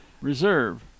reserve